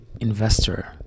investor